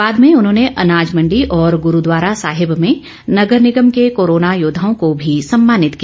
बाद में उन्होंने अनाज मंडी और गुरूद्वारा साहिब में नगर निगम के कोरोना योद्वाओं को भी सम्मानित किया